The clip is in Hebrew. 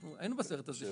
היינו בסרט הזה.